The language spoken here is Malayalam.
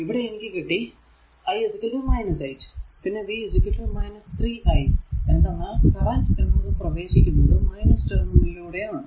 ഇവിടെ എനിക്ക് കിട്ടി i 8 പിന്നെ v0 3 i എന്തെന്നാൽ കറന്റ് എന്നത് പ്രവേശിക്കുന്നത് ടെര്മിനലിലൂടെ ആണ്